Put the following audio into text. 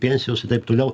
pensijos i taip toliau